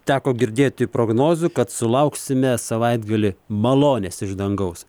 teko girdėti prognozių kad sulauksime savaitgalį malonės iš dangaus